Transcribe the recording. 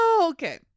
Okay